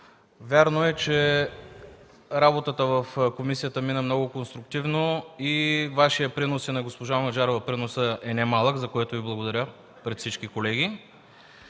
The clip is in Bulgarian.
Вярно е, че работата в комисията мина много конструктивно и Вашият принос и приносът на госпожа Маджарова е не малък, за което Ви благодаря пред всички колеги!